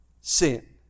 sin